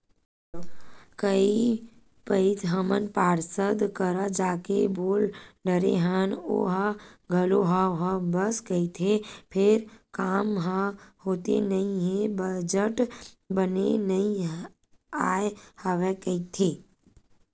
कई पइत हमन पार्षद करा जाके बोल डरे हन ओहा घलो हव हव बस कहिथे फेर काम ह होथे नइ हे बजट बने नइ आय हवय कहिथे